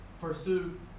Pursue